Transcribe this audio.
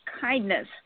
kindness